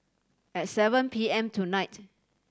at seven P M tonight